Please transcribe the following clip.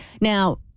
now